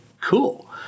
cool